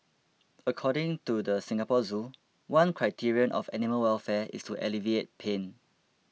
according to the Singapore Zoo one criterion of animal welfare is to alleviate pain